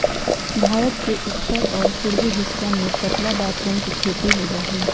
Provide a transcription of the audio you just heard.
भारत के उत्तर और पूर्वी हिस्सवन में पतला बांसवन के खेती होबा हई